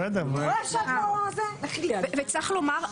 צריך לומר,